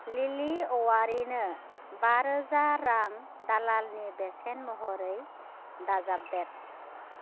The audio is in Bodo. लिलि औवारिनो बारोजा रां दालालनि बेसेन महरै दाजाबदेर